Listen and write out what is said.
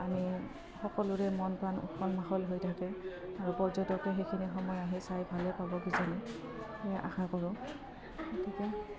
আমি সকলোৰে মন প্ৰাণ উখল মাখল হৈ থাকে আৰু পৰ্যটকে সেইখিনি সময় আহি চাই ভালে পাব কিজানি সেই আশা কৰোঁ গতিকে